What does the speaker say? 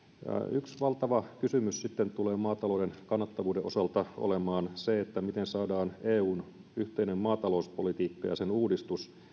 yksi valtava kysymys tulee maatalouden kannattavuuden osalta olemaan se miten saadaan eun yhteinen maatalouspolitiikka ja sen uudistus